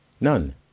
None